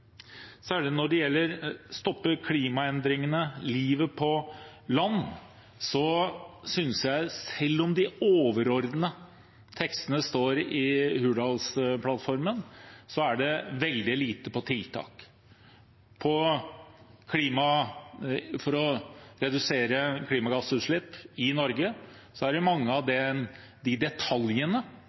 livet på land, synes jeg at selv om de overordnede tekstene står i Hurdalsplattformen, er det veldig lite på tiltak. Med tanke på å redusere klimagassutslipp i Norge er det mange av de detaljene